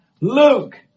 Luke